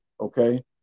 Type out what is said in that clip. okay